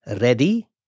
ready